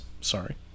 sorry